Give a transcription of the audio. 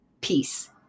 peace